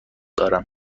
دارم